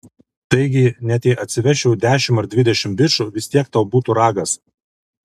taigi net jei atsivesčiau dešimt ar dvidešimt bičų vis tiek tau būtų ragas